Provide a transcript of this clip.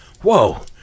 Whoa